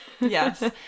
Yes